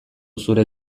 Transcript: zure